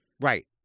Right